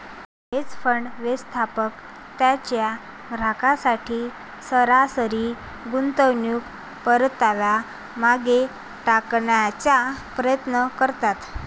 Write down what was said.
hedge fund, व्यवस्थापक त्यांच्या ग्राहकांसाठी सरासरी गुंतवणूक परताव्याला मागे टाकण्याचा प्रयत्न करतात